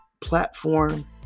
platform